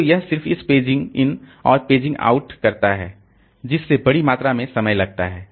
तो यह सिर्फ इस पेजिंग इन और पेजिंग आउट करता है जिससे बड़ी मात्रा में समय लगता है